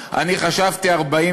חברים, אני לא רוצה להפיל את ההצעה.